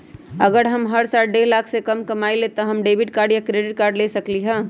अगर हम हर साल डेढ़ लाख से कम कमावईले त का हम डेबिट कार्ड या क्रेडिट कार्ड ले सकली ह?